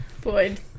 Boyd